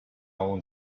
own